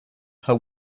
her